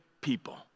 people